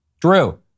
Drew